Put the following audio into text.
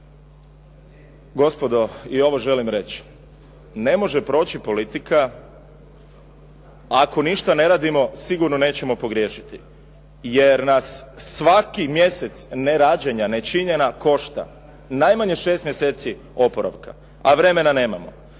Gospodo i ovo želim reći, ne može proći politika ako ništa ne radimo, sigurno nećemo pogriješiti. Jer nas svaki mjesec nerada, nečinjenja košta, najmanje 6 mjeseci oporavka. A vremena nemamo.